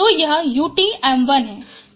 तो यह uTm1 है